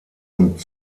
und